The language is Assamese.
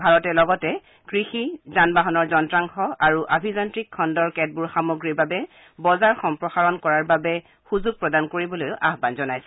ভাৰতে লগতে কৃষি যান বাহনৰ যন্তাংশ আৰু অভিযান্নিক খণুৰ কেতবোৰ সামগ্ৰীৰ বাবে বজাৰ সম্প্ৰসাৰণ কৰাৰ বাবে সুযোগ প্ৰদান কৰিবলৈ আয়ান জনাইছে